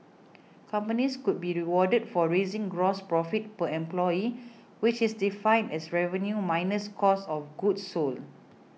companies could be rewarded for raising gross profit per employee which is defined as revenue minus cost of goods sold